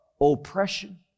oppression